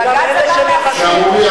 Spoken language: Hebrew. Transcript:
וגם אלה שמחסנים,